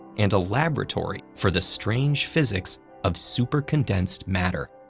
and a laboratory for the strange physics of supercondensed matter.